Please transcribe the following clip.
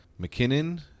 McKinnon